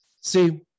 See